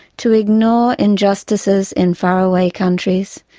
to ignore injustices in far away countries,